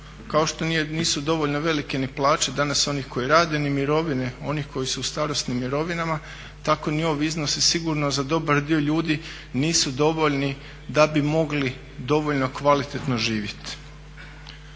kao što nisu dovoljno velike ni plaće danas onih koji rade ni mirovine onih koji su u starosnim mirovinama tako ni ovi iznosi sigurno za dobar dio ljudi nisu dovoljni da bi mogli dovoljno kvalitetno živjeti.